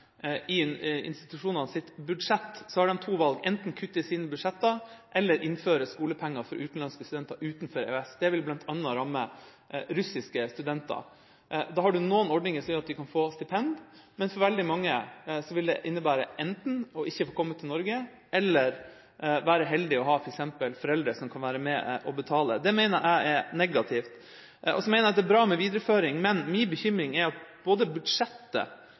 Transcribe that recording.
har institusjonene to valg: enten kutte i sine budsjetter, eller innføre skolepenger for utenlandske studenter fra land utenfor EØS. Det vil bl.a. ramme russiske studenter. Man har noen ordninger som gjør at de kan få stipend, men for veldig mange vil det innebære at de enten ikke får komme til Norge, eller at de må være heldige å ha f.eks. foreldre som kan være med og betale. Det mener jeg er negativt. Jeg mener også det er bra med videreføring, men min bekymring er at både budsjettet